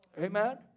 Amen